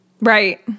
Right